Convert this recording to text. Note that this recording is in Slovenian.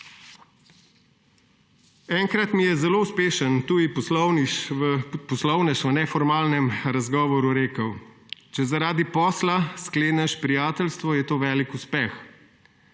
Enkrat mi je zelo uspešen tuji poslovnež v neformalnem razgovoru rekel: »Če zaradi posla skleneš prijateljstvo, je to velik uspeh,